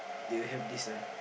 they will have this lah